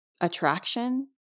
attraction